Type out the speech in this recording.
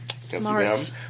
Smart